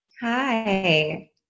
Hi